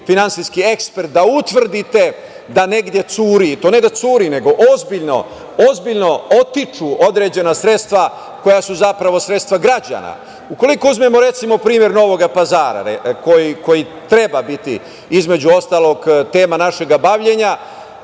da utvrdite da negde curi, to ne da curi, nego ozbiljno otiču određena sredstva koja su zapravo sredstva građana.U koliko uzmemo recimo primer Novoga Pazara, koji treba biti između ostalog tema našega bavljenja,